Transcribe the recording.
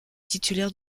titulaire